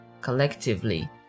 collectively